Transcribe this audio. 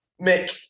Mick